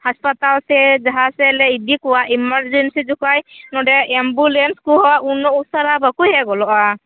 ᱦᱟᱥᱯᱟᱛᱟᱞ ᱥᱮ ᱡᱟᱦᱟᱥᱮᱫ ᱞᱮ ᱤᱫᱤ ᱠᱚᱣᱟ ᱮᱢᱟᱨᱡᱮᱱᱥᱤ ᱡᱚᱠᱷᱚᱡ ᱱᱚᱸᱰᱮ ᱮᱢᱵᱩᱞᱮᱱᱥ ᱠᱚᱦᱚ ᱩᱱᱟᱹᱜ ᱩᱥᱟᱨᱟ ᱵᱟᱠᱚ ᱦᱮᱡ ᱜᱚᱫᱚᱜᱼᱟ